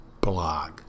blog